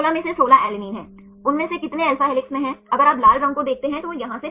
इसलिए अब हमने अल्फा हेलिसेस और बीटा स्ट्रैंड के बारे में चर्चा की